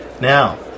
now